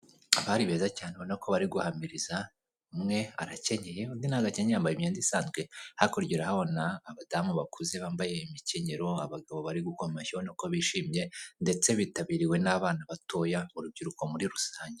Abari beza cyane ubona ko bari guhamiriza, umwe arakenyeye undi ntabwo akeya yambaye imyenda isanzwe, hakurya urahabona abadamu bakuze bambaye imikenyero, abagabo bari gukoma amashyi ubona ko bishimye ndetse bitabiriwe n'abana batoya, urubyiruko muri rusange.